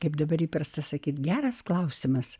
kaip dabar įprasta sakyti geras klausimas